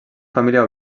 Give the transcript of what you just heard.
família